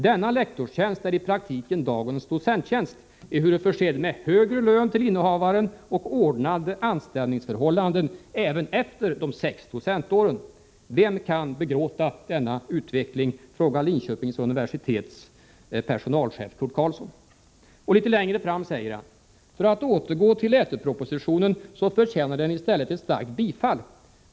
Denna lektorstjänst är i praktiken dagens docenttjänst, ehuru försedd med högre lön till innehavaren och ordnade anställningsförhållanden även efter de sex ”docentåren”. Vem kan begråta denna utveckling?” Litet längre fram säger Linköpings universitets personalchef Curt Karlsson: ”För att återgå till LÄTU-propositionen så förtjänar den i stället ett starkt bifall.